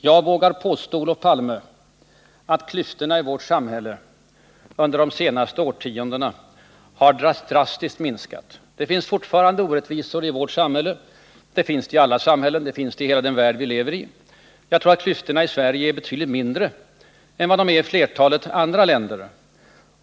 Jag vågar påstå, Olof Palme, att klyftorna i vårt samhälle under de senaste årtiondena drastiskt har minskat. Det finns fortfarande orättvisor i vårt samhälle — det finns det i alla samhällen och hela den värld vi lever i — men jag tror att klyftorna i Sverige är betydligt mindre än vad de är i flertalet andra länder.